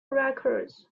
records